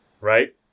right